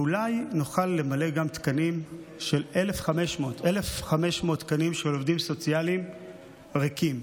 ואולי נוכל למלא גם תקנים של 1,500 תקנים של עובדים סוציאליים ריקים.